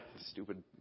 stupid